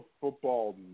football